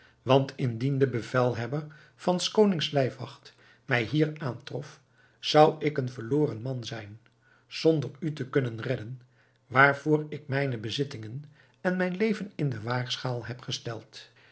want indien de bevelhebber van s konings lijfwacht mij hier aantrof zou ik een verloren man zijn zonder u te kunnen redden waarvoor ik mijne bezittingen en mijn leven in de waagschaal heb gesteld